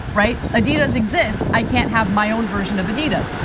right, adidas exists, i can't have my own version of adidas.